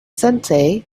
sentai